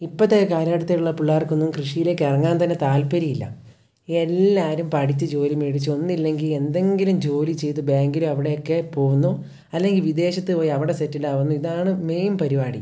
ഇപ്പോഴത്തെ കാലഘട്ടത്തിയുള്ള പിള്ളേർക്കൊന്നും കൃഷിയിലേക്ക് ഇറങ്ങാൻ തന്നെ താല്പ്പര്യം ഇല്ല എല്ലാവരും പഠിച്ചു ജോലി മേടിച്ചു ഒന്നില്ലെങ്കിൽ എന്തെങ്കിലും ജോലി ചെയ്തു ബാങ്കിലും അവിടെയെക്കെ പോവുന്നു അല്ലെങ്കിൽ വിദേശത്ത് പോയി അവിടെ സെറ്റിൽ ആവുന്നു ഇതാണ് മെയിൻ പരിപാടി